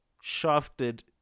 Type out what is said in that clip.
shafted